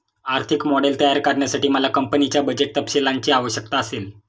आर्थिक मॉडेल तयार करण्यासाठी मला कंपनीच्या बजेट तपशीलांची आवश्यकता असेल